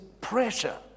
pressure